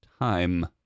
time